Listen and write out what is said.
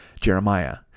Jeremiah